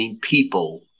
people